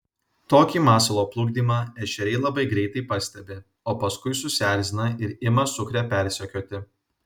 tokį masalo plukdymą ešeriai labai greitai pastebi o paskui susierzina ir ima sukrę persekioti